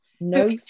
No